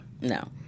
No